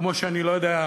כמו שאני לא יודע,